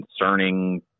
Concerning